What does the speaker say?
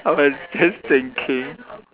I was just thinking